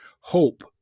Hope